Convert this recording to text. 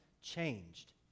changed